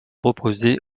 proposé